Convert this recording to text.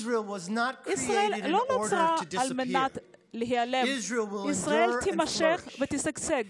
ישראל לא נוצרה כדי להיעלם, ישראל תשרוד ותשגשג.